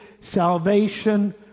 salvation